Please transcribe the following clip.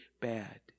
bad